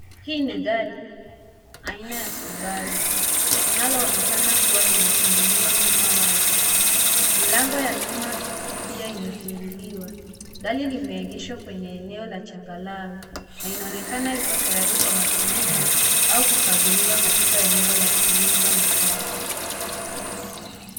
Hii ni gari aina ya Subaru linaloonekana kuwa limefunguliwa nyuma wazi. Milango ya nyuma pia imefunguliwa. Gari limeegeshwa kwenye eneo la changarawe na inaonekana iko tayari kwa matumizi au kukaguliwa katika eneo la kuuza magari.